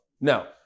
Now